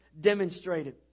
demonstrated